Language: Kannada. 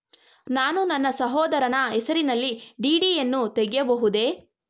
ನಾನು ನನ್ನ ಸಹೋದರನ ಹೆಸರಿನಲ್ಲಿ ಡಿ.ಡಿ ಯನ್ನು ತೆಗೆಯಬಹುದೇ?